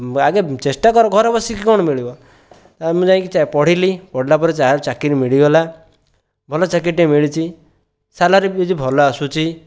ଆଗେ ଚେଷ୍ଟା କର ଘରେ ବସିକି କଣ ମିଳିବ ମୁଁ ଯାଇକି ପଢ଼ିଲି ପଢ଼ିଲାପରେ ଚାକିରି ମିଳିଗଲା ଭଲ ଚାକିରି ଟିଏ ମିଳିଛି ସାଲାରି ବି ଭଲ ଆସୁଛି